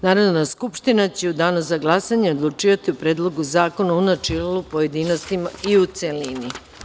Narodna skupština će u Danu za glasanje odlučivati o Predlogu zakona u načelu, pojedinostima i u celini.